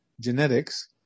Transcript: genetics